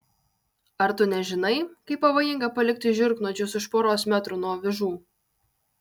ar tu nežinai kaip pavojinga palikti žiurknuodžius už poros metrų nuo avižų